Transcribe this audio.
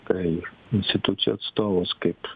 tikrai ir institucijų atstovus kaip